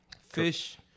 Fish